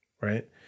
right